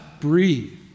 breathe